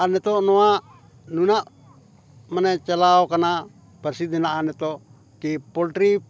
ᱟᱨ ᱱᱤᱛᱳᱜ ᱱᱚᱣᱟ ᱱᱩᱱᱟᱹᱜ ᱢᱟᱱᱮ ᱪᱟᱞᱟᱣ ᱠᱟᱱᱟ ᱯᱟᱹᱨᱥᱤᱫᱽ ᱦᱮᱱᱟᱜᱼᱟ ᱱᱤᱛᱳᱜ ᱠᱤ ᱯᱚᱞᱴᱨᱤ